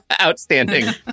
outstanding